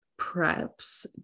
preps